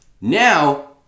Now